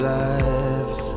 lives